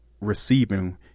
receiving